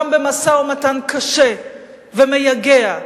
גם במשא-ומתן קשה ומייגע,